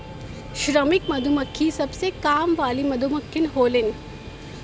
श्रमिक मधुमक्खी सबसे काम वाली मधुमक्खी होलीन